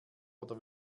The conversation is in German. oder